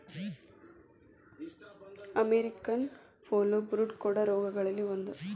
American foulbrood ಕೋಡ ರೋಗಗಳಲ್ಲಿ ಒಂದ